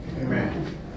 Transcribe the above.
Amen